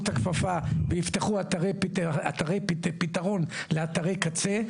את הכפפה ויפתחו אתרי פתרון לאתרי קצה.